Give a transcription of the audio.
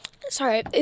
Sorry